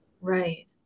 Right